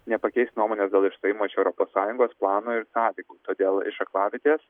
nepakeis nuomonės dėl išstojimo iš europos sąjungos plano ir sąlygų todėl iš aklavietės